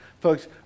folks